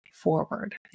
forward